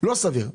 לא סביר.